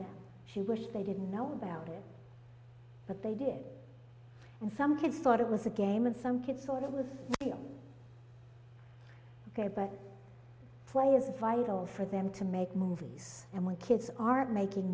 them she wished they didn't know about it but they did and some kids thought it was a game and some kids thought it was ok but play is vital for them to make movies and when kids are making